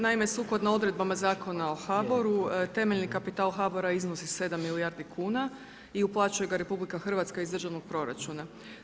Naime, sukladno odredbama Zakona o HBOR-u temeljni kapital HBOR-a iznosi 7 milijardi kuna i uplaćuje ga RH iz državnog proračuna.